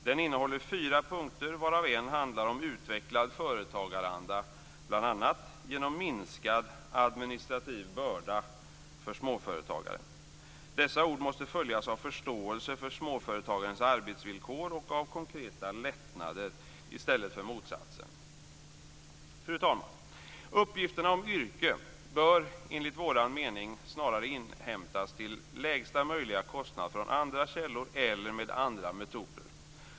Den innehåller fyra punkter varav en handlar om en utvecklad företagaranda bl.a. genom en minskad administrativ börda för småföretagare. Dessa ord måste följas av förståelse för småföretagens arbetsvillkor och av konkreta lättnader i stället för motsatsen. Fru talman! Uppgifterna om yrke bör snarare inhämtas till lägsta möjliga kostnad från andra källor eller med andra metoder.